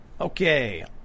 Okay